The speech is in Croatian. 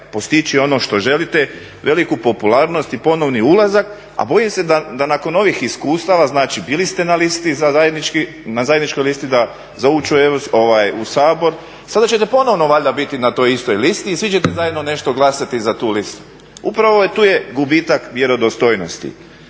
postići ono što želite veliku popularnost i ponovni ulazak, a bojim se da nakon ovih iskustava, znači bili ste na listi, na zajedničkoj listi za ući u Sabor. Sada ćete ponovno valjda biti na toj istoj listi i svi ćete zajedno nešto glasati za tu listu. Upravo tu je gubitak vjerodostojnosti.